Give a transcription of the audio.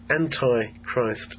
anti-Christ